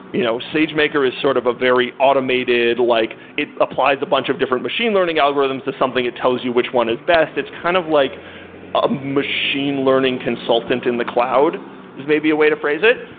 you know sagemaker is sort of a very automated. like it applies a bunch of different machine learning algorithms as something. it tells you which one is best. it's kind of like a machine learning consultant in the cloud is may be a way to phrase it,